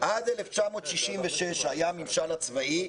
עד 1966 שהיה הממשל הצבאי,